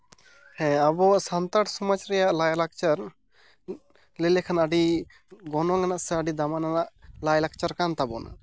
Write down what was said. ᱦᱮᱸ ᱟᱵᱚ ᱥᱟᱱᱛᱟᱲ ᱥᱚᱢᱟᱡᱽ ᱨᱮᱭᱟᱜ ᱞᱟᱭᱼᱞᱟᱠᱪᱟᱨ ᱞᱟᱹᱭ ᱞᱮᱠᱷᱟᱱ ᱟᱹᱰᱤ ᱜᱚᱱᱚᱝ ᱟᱱᱟᱜ ᱥᱮ ᱟᱹᱰᱤ ᱫᱟᱢᱟᱱᱟᱜ ᱞᱟᱭᱼᱞᱟᱠᱪᱟᱨ ᱠᱟᱱ ᱛᱟᱵᱚᱱᱟ